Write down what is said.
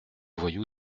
voyous